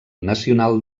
nacional